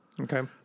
Okay